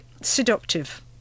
seductive